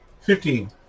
Fifteen